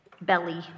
belly